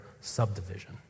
subdivision